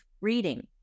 reading